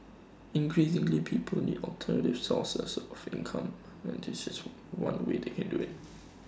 increasingly people need alternative sources of income and this is one way they can do IT